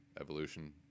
evolution